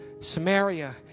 Samaria